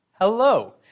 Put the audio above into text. Hello